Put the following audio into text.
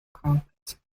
carpet